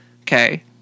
Okay